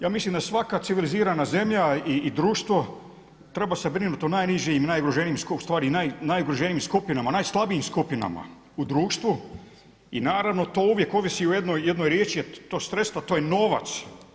Ja mislim da svaka civilizirana zemlja i društvo treba se brinuti o najnižim i najugroženijim skupinama, najslabijim skupinama u društvu i naravno to uvijek ovisi o jednoj riječi jel to je stresno to je novac.